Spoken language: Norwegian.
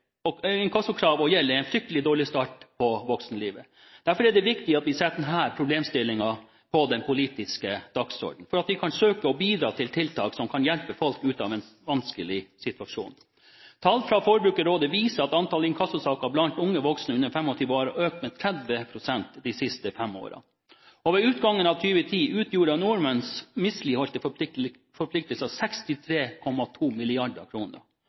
er en fryktelig dårlig start på voksenlivet. Derfor er det viktig at vi setter denne problemstillingen på den politiske dagsordenen, for at vi kan søke å bidra til tiltak som kan hjelpe folk ut av en vanskelig situasjon. Tall fra Forbrukerrådet viser at antall inkassosaker blant unge voksne under 25 år har økt med 30 pst. de siste fem årene. Ved utgangen av 2010 utgjorde nordmenns misligholdte forpliktelser 63,2